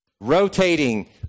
rotating